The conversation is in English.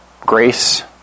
Grace